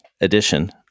edition